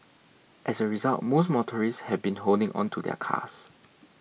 as a result most motorists have been holding on to their cars